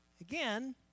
again